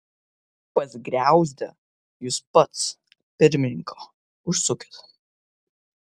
pas griauzdę jūs pats pirmininko užsukit